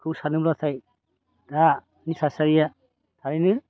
खौ सानोब्लाथाय दानि थासारिया थारैनो